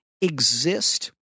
exist